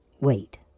Wait